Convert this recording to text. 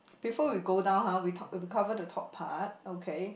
before we go down ha we co~ we cover the top part okay